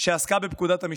שעסקה בפקודת המשטרה.